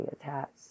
attached